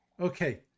okay